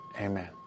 Amen